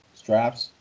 straps